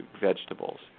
vegetables